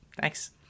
Thanks